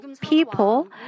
people